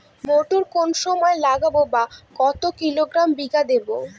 মটর কোন সময় লাগাবো বা কতো কিলোগ্রাম বিঘা দেবো?